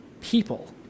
people